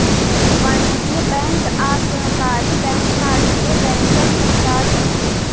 वाणिज्य बैंक आ सहकारी बैंक भारतीय बैंकक प्रकार अछि